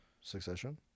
Succession